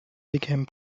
became